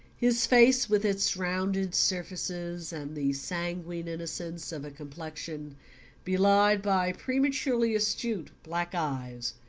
his face, with its rounded surfaces, and the sanguine innocence of a complexion belied by prematurely astute black eyes,